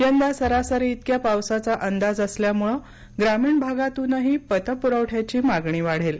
यंदा सरासरीइतक्या पावसाचा अंदाज असल्यामुळे ग्रामीण भागातूनही पतपुरवठ्याची मागणी वाढेल